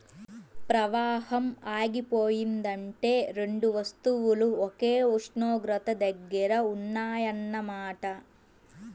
ప్రవాహం ఆగిపోయిందంటే రెండు వస్తువులు ఒకే ఉష్ణోగ్రత దగ్గర ఉన్నాయన్న మాట